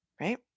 right